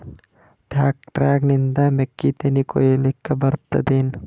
Tractor ನಿಂದ ಮೆಕ್ಕಿತೆನಿ ಕೊಯ್ಯಲಿಕ್ ಬರತದೆನ?